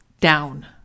down